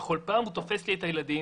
בכל פעם הוא תופס לי את הילדים,